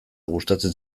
gustatzen